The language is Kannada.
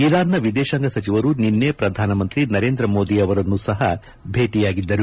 ಇರಾನ್ನ ವಿದೇಶಾಂಗ ಸಚಿವರು ನಿನ್ನೆ ಪ್ರಧಾನಮಂತ್ರಿ ನರೇಂದ್ರ ಮೋದಿ ಅವರನ್ನೂ ಸಹ ಭೇಟಿಯಾಗಿದ್ದರು